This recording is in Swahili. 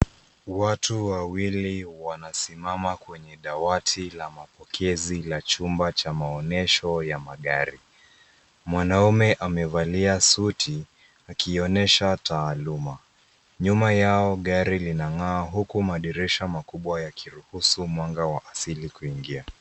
Watu wawili wanasimama kwenye dawati la mapokezi la chumba cha maonyesho ya magari. Mwanaume amevalia suti akionyesha taaluma. Nyuma yao gari linang'aa huku madirisha makubwa yakiruhusu mwanga wa asili kuingia.